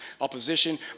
opposition